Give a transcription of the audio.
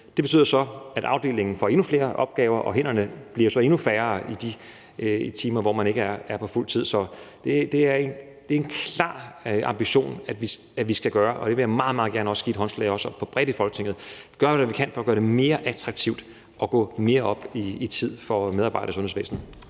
så betyder, at afdelingen får endnu flere opgaver, og at hænderne så bliver endnu færre i de timer, hvor man ikke er på fuld tid. Jeg vil meget, meget gerne give et håndslag på, at vi bredt i Folketinget har en klar ambition om at gøre det mere attraktivt at gå mere op i tid for medarbejdere i sundhedsvæsenet.